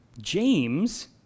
James